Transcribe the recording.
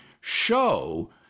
show